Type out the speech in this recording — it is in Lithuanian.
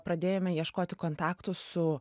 pradėjome ieškoti kontaktų su